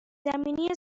زمینی